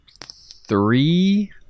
three